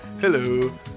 Hello